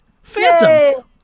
Phantom